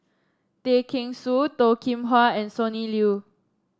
Tay Kheng Soon Toh Kim Hwa and Sonny Liew